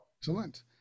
Excellent